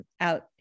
out